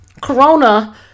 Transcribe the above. corona